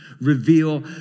reveal